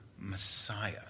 Messiah